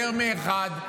יותר מאחד.